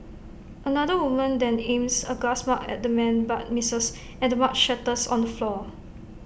another woman then aims A glass mug at the man but misses and the mug shatters on the floor